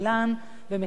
במכללת שנקר